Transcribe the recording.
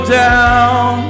down